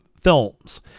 films